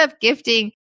gifting